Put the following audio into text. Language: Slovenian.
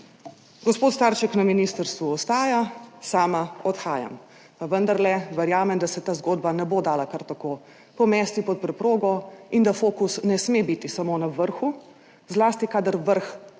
gospod Trček na ministrstvu ostaja. Sama odhajam, vendar verjamem, da se te zgodbe ne bo dalo kar tako pomesti pod preprogo in da fokus ne sme biti samo na vrhu, zlasti kadar vrh